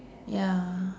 ya